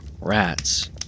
Rats